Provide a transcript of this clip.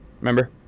Remember